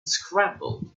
scrambled